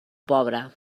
pobre